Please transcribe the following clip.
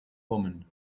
woman